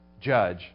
judge